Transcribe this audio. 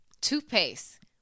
toothpaste